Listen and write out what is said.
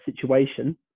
situation